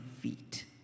Feet